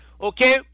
Okay